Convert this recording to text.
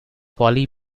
poly